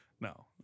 No